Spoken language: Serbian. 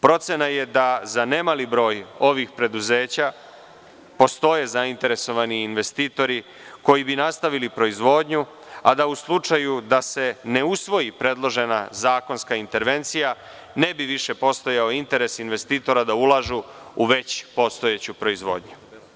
Procena je da za nemali broj ovih preduzeća postoje zainteresovani investitori koji bi nastavili proizvodnju, a da u slučaju da se ne usvoji predložena zakonska intervencija ne bi više postojao interes investitora da ulažu u već postojeću proizvodnju.